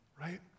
right